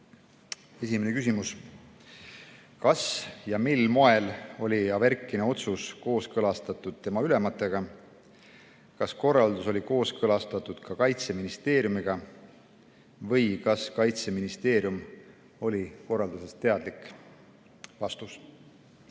Esimene küsimus on, kas ja mil moel oli Averkini otsus kooskõlastatud tema ülematega, kas korraldus oli kooskõlastatud ka Kaitseministeeriumiga või kas Kaitseministeerium oli korraldusest teadlik? Staabi-